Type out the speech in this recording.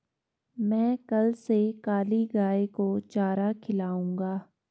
मैं कल से काली गाय को चारा खिलाऊंगा